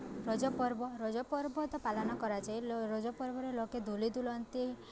ରଜପର୍ବ ରଜପର୍ବ ତ ପାଳନ କରାଯାଏ ରଜପର୍ବରେ ଲୋକେ ଦୋଳି ଝୁଲନ୍ତି